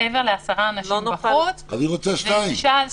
מעבר לעשרה אנשים בחוץ --- אני רוצה שניים.